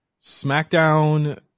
SmackDown